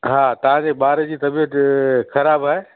हा तव्हांजे ॿार जी तबियतु ख़राब आहे